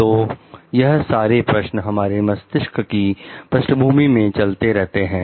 तो यह सारे प्रश्न हमारे मस्तिष्क की पृष्ठभूमि में चलते रहते हैं